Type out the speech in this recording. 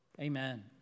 amen